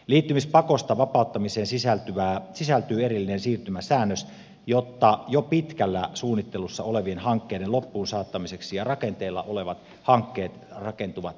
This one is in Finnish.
liittymispakosta vapauttamiseen sisältyy erillinen siirtymäsäännös jo pitkällä suunnittelussa olevien hankkeiden loppuun saattamiseksi ja jotta rakenteilla olevat hankkeet rakentuvat valmiiksi